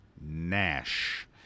NASH